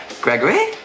gregory